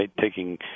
taking